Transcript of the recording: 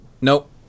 nope